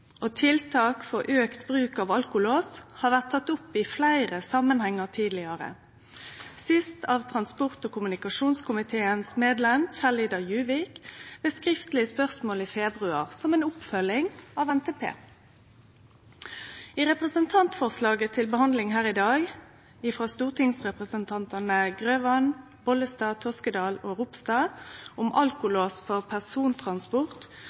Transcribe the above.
og tiltak for auka bruk av alkolås har vore teke opp i fleire samanhengar tidlegare, sist av transport- og kommunikasjonskomiteens medlem Kjell-Idar Juvik, ved skriftleg spørsmål i februar, som ei oppfølging av NTP. I representantforslaget til behandling her i dag frå stortingsrepresentantane Grøvan, Bollestad, Toskedal og Ropstad om alkolås for persontransport